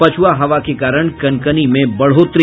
पछुआ हवा के कारण कनकनी में बढ़ोतरी